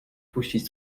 puścić